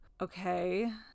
okay